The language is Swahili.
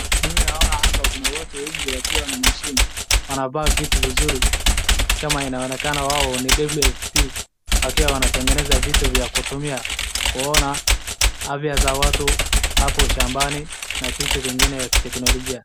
Vile naona hapa kuna watu wengi wakiwa na mashini, wanavaa vitu vizuri kama inaonekana wao ni WFP wakiwa wanatengeneza vitu vya kutumia, kuona afya za watu hapo shambani na vitu vingine vya kiteknolojia.